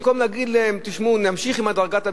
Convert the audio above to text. במקום להגיד להם: תשמעו, נמשיך עם דרגת הביניים,